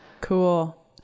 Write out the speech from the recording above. Cool